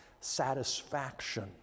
satisfaction